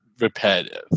repetitive